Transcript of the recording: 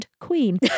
Queen